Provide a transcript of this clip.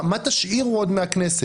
מה תשאירו עוד מהכנסת?